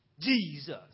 Jesus